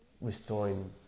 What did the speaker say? restoring